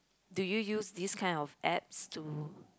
do you use this kind of apps to